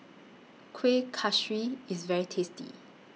Kuih Kaswi IS very tasty